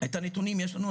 את הנתונים יש לנו.